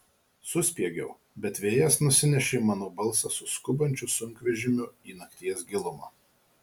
suspiegiau bet vėjas nusinešė mano balsą su skubančiu sunkvežimiu į nakties gilumą